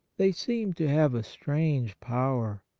they seem to have a strange power.